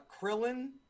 Krillin